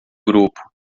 grupo